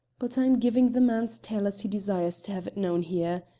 but i'm giving the man's tale as he desires to have it known here.